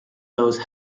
those